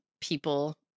people